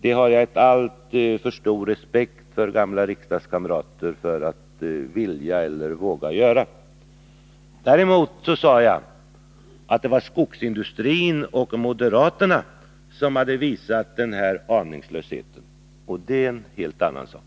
Jag har alltför stor respekt för gamla riksdagskamrater för att vilja eller våga göra det. Däremot sade jag att det var skogsindustrin och moderaterna som hade visat denna aningslöshet — och det är en helt annan sak.